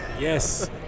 Yes